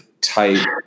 type